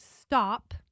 stop